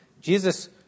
Jesus